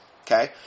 Okay